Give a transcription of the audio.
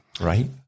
right